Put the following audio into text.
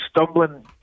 stumbling